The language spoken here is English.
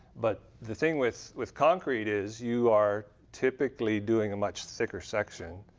but the thing with with concrete is you are typically doing a much thicker section.